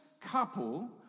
couple